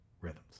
Rhythms